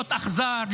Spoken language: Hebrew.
להיות אכזר,